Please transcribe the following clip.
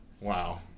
Wow